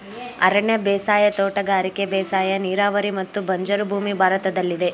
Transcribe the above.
ಅರಣ್ಯ ಬೇಸಾಯ, ತೋಟಗಾರಿಕೆ ಬೇಸಾಯ, ನೀರಾವರಿ ಮತ್ತು ಬಂಜರು ಭೂಮಿ ಭಾರತದಲ್ಲಿದೆ